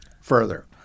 further